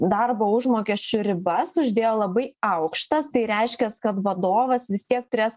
darbo užmokesčio ribas uždėjo labai aukštas tai reiškias kad vadovas vis tiek turės